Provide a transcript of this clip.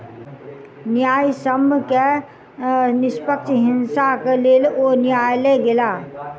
न्यायसम्य के निष्पक्ष हिस्साक लेल ओ न्यायलय गेला